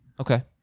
Okay